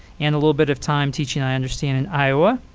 and a little bit of time teaching, i understand, in iowa,